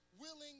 willing